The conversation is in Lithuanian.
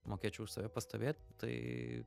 mokėčiau už save pastovėt tai